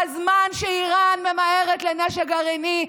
בזמן שאיראן ממהרת לנשק גרעיני,